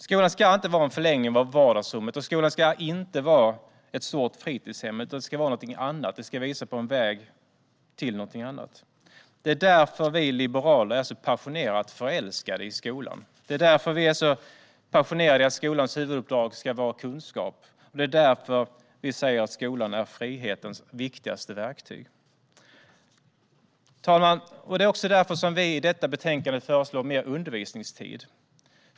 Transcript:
Skolan ska inte vara en förlängning av vardagsrummet. Den ska inte vara ett stort fritidshem, utan den ska vara något annat. Den ska visa på en väg till något annat. Det är därför vi liberaler är så passionerat förälskade i skolan. Det är därför vi är så passionerade när det gäller att skolans huvuduppdrag ska vara kunskap. Det är därför vi säger att skolan är frihetens viktigaste verktyg. Herr talman! Det är också därför som vi i detta betänkande föreslår mer undervisningstid.